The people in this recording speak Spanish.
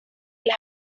las